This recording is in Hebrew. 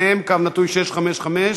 מ/655,